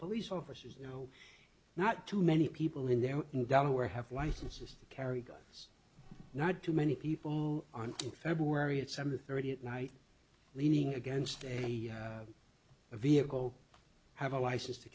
police officers you know not too many people in there in delaware have licenses to carry guns not too many people on in february at seven thirty at night leaning against a vehicle have a license to